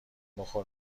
بخور